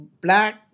black